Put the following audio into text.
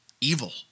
evil